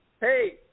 Hey